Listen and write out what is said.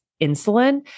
insulin